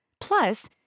Plus